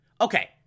okay